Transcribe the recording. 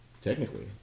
technically